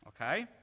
okay